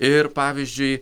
ir pavyzdžiui